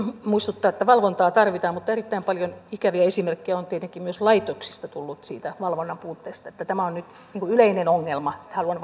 muistuttaa että valvontaa tarvitaan mutta erittäin paljon ikäviä esimerkkejä on tietenkin myös laitoksista tullut siitä valvonnan puutteesta eli tämä on nyt yleinen ongelma haluan